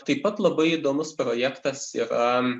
taip pat labai įdomus projektas yra